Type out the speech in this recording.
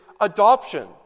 adoption